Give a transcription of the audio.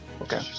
Okay